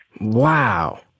Wow